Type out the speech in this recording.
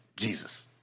Jesus